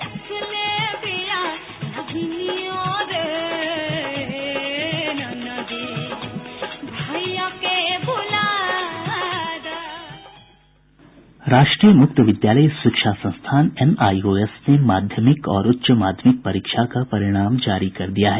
sound bite राष्ट्रीय मुक्त विद्यालयी शिक्षा संस्थान एनआईओएस ने माध्यमिक और उच्च माध्यमिक परीक्षा का परिणाम जारी कर दिया है